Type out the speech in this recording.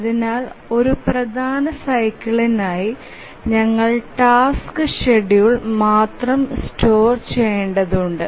അതിനാൽ ഒരു പ്രധാന സൈക്കിളിനായി ഞങ്ങൾ ടാസ്ക് ഷെഡ്യൂൾ മാത്രം സ്റ്റോർ ചെയേണ്ടതുണ്ട്